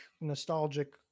nostalgic